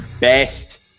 best